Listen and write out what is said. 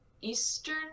eastern